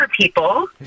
people